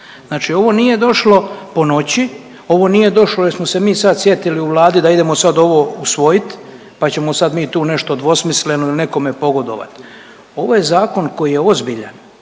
Znači ovo nije došlo ponoći, ovo nije došlo jer smo se mi sad sjetili u Vladi da idemo ovo usvojit pa ćemo sad mi tu nešto dvosmisleno ili nekome pogodovat. Ovo je zakon koji je ozbiljan